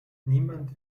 niemand